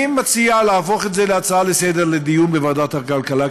אני מציע להפוך את זה להצעה לסדר-היום ולהעביר לדיון בוועדת הכלכלה,